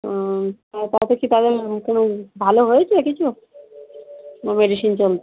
হুঁ হ্যাঁ তাতে কি তাদের কোনো ভালো হয়েছে কিছু না মেডিসিন চলছে